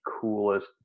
coolest